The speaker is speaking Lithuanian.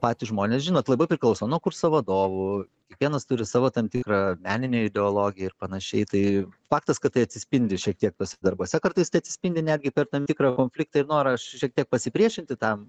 patys žmonės žinot labai priklauso nuo kurso vadovų kiekvienas turi savo tam tikrą meninę ideologiją ir panašiai tai faktas kad tai atsispindi šiek tiek tuose darbuose kartais tai atsispindi netgi per tam tikrą konfliktą ir norą šiek tiek pasipriešinti tam